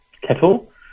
Kettle